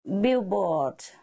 billboard